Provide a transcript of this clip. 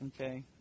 Okay